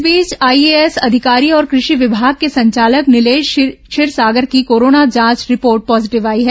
इस बीच आईएएस अधिकारी और कृषि विभाग के संचालक नीलेश क्षीरसागर की कोरोना जांच रिपोर्ट पॉजीटिव आई है